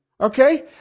Okay